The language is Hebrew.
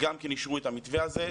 אישרו את המתווה הזה,